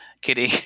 kitty